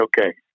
okay